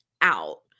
out